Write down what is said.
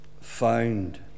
found